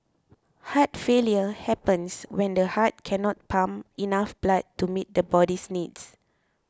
heart failure happens when the heart cannot pump enough blood to meet the body's needs